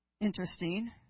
interesting